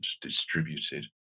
distributed